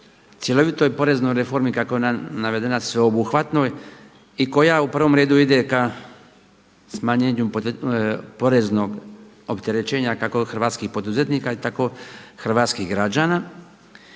cjelovitoj poreznoj reformi kako je ona navedena, sveobuhvatnoj i koja u prvom redu ide ka smanjenju poreznog opterećenja kako hrvatskih poduzetnika, tako i hrvatskih građana.